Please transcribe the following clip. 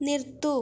നിർത്തുക